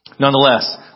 Nonetheless